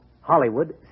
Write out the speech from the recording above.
Hollywood